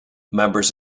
members